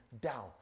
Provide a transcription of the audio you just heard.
down